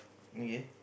okay